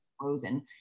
frozen